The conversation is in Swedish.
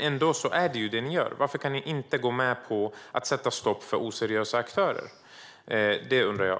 Ändå är det vad ni gör. Varför kan ni inte gå med på att sätta stopp för oseriösa aktörer? Det undrar jag.